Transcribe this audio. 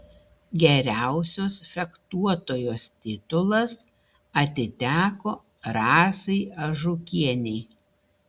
geriausios fechtuotojos titulas atiteko rasai ažukienei